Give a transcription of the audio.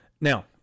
Now